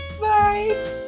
Bye